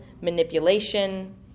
manipulation